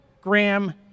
Graham